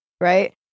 right